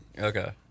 Okay